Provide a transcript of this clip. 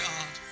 God